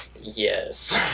Yes